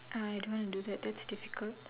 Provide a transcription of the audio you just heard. I don't want to do that that's difficult